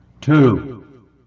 two